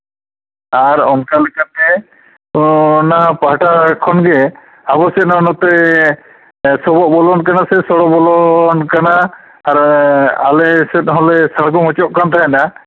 ᱟᱨ ᱚᱱᱠᱟ ᱞᱮᱠᱟᱛᱮ ᱚᱱᱟ ᱯᱟᱦᱴᱟ ᱠᱷᱚᱱ ᱜᱮ ᱟᱵᱚ ᱥᱮᱫ ᱦᱚᱸ ᱱᱚᱛᱮ ᱥᱚᱵᱚᱜ ᱵᱚᱞᱚᱱ ᱠᱟᱱᱟ ᱥᱮ ᱥᱚᱵᱚᱜ ᱵᱚᱞᱚᱱ ᱠᱟᱱᱟ ᱟᱨ ᱟᱞᱮ ᱥᱮᱫ ᱦᱚᱸᱞᱮ ᱥᱟᱲᱜᱚᱢ ᱦᱚᱪᱚᱜ ᱠᱟᱱ ᱛᱟᱦᱮᱸᱱᱟ